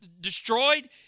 destroyed